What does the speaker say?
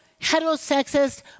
heterosexist